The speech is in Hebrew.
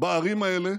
בערים האלה